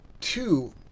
two